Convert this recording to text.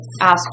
asked